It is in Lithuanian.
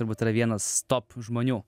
turbūt yra vienas top žmonių